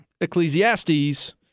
Ecclesiastes